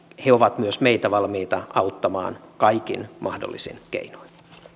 he ovat myös meitä valmiita auttamaan kaikin mahdollisin keinoin